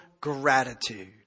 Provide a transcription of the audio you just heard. gratitude